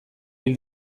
hil